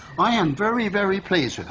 i am very, very pleased